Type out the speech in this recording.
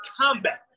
combat